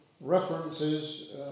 references